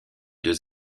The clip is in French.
deux